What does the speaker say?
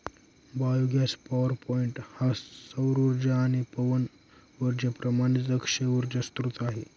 biogas power point हा सौर उर्जा आणि पवन उर्जेप्रमाणेच अक्षय उर्जा स्त्रोत आहे